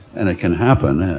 and it can happen,